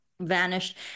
Vanished